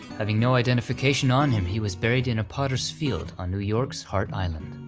having no identification on him, he was buried in a potter's field on new york's hart island.